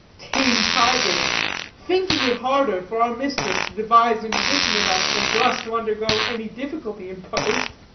tame tigers thinking it harder for our mistress to devise imposition enough than for us to undergo any difficulty imposed.